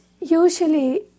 usually